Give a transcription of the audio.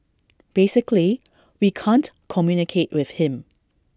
basically we can't communicate with him